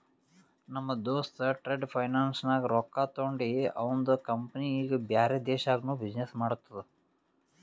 ನಮ್ ದೋಸ್ತ trade finance ನಾಗ್ ರೊಕ್ಕಾ ತೊಂಡಿ ಅವಂದ ಕಂಪನಿ ಈಗ ಬ್ಯಾರೆ ದೇಶನಾಗ್ನು ಬಿಸಿನ್ನೆಸ್ ಮಾಡ್ತುದ